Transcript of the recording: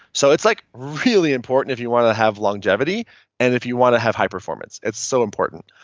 so it's like really important if you want to have longevity and if you want to have high performance. it's so important.